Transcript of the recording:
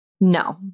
No